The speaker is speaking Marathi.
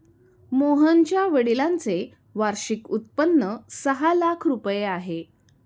मोहनच्या वडिलांचे वार्षिक उत्पन्न सहा लाख रुपये आहे